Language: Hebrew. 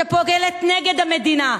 שפועלת נגד המדינה.